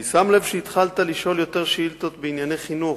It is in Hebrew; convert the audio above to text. אני שם לב שהתחלת לשאול יותר שאילתות בענייני חינוך.